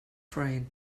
friend